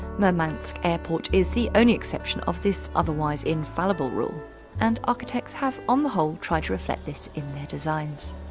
murmansk airport is the only exception of this otherwise infallible rule and architects have, on the whole, tried to reflect this in their designs